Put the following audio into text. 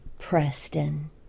Preston